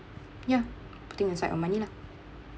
ya putting aisde of money lah